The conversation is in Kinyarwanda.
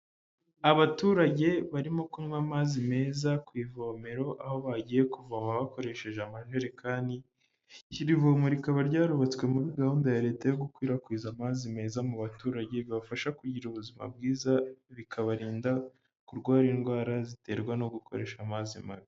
Abaturage barimo kunywa amazi meza ku ivomero aho bagiye kuvoma bakoresheje amajerekani. Iri vomo rikaba ryarubatswe muri gahunda ya leta yo gukwirakwiza amazi meza mu baturage bibabafasha kugira ubuzima bwiza bikabarinda kurwara indwara ziterwa no gukoresha mazi mabi.